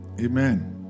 Amen